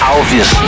Alves